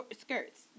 skirts